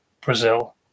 Brazil